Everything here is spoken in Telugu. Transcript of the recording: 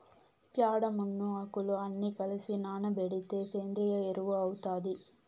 ప్యాడ, మన్ను, ఆకులు అన్ని కలసి నానబెడితే సేంద్రియ ఎరువు అవుతాది